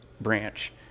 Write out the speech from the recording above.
branch